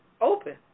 open